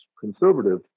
conservative